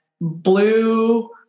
blue